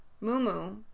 Mumu